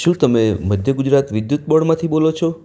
શું તમે મધ્ય ગુજરાત વિદ્યુત બોર્ડમાંથી બોલો છો